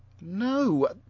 No